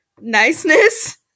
niceness